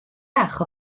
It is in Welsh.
bach